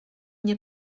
nie